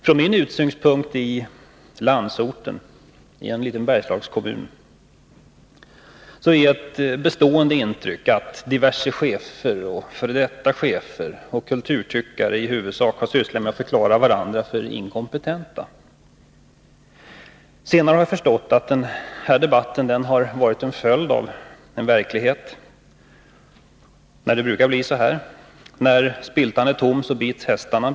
Från min utsiktspunkt i landsorten — jag bor i en liten Bergslagskommun — har jag fått ett bestående intryck av att diverse chefer, f. d. chefer och kulturtyckare i huvudsak har sysslat med att förklara varandra för inkompetenta. Senare har jag förstått att det har varit ett uttryck för talesättet att när krubban är tom, så bits hästarna.